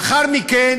לאחר מכן